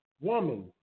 Woman